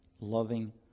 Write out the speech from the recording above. loving